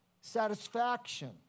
satisfaction